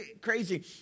crazy